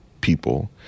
people